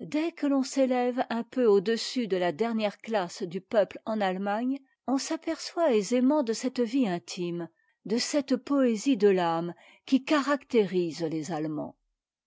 dès que l'on s'élève un peu au-dessus de ta dernière classe du peuple en attemagne on s'aperçoit aisément de cette vie intime de cette poésie de famé qui caractérise tes attemands